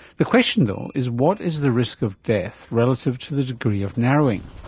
the question though is what is the risk of death relative to the degree of narrowing?